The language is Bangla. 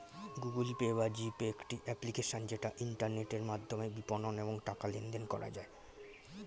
গুগল পে বা জি পে একটি অ্যাপ্লিকেশন যেটা ইন্টারনেটের মাধ্যমে বিপণন এবং টাকা লেনদেন করা যায়